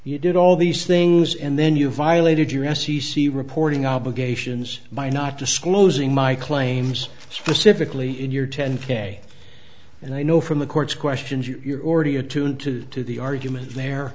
you did all these things and then you violated your f c c reporting obligations by not disclosing my claims specifically in your ten k and i know from the court's questions you're already attuned to the argument there